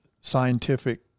scientific